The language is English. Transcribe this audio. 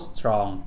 Strong